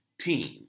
team